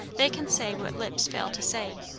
they can say what lips fail to say.